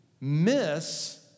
miss